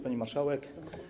Pani Marszałek!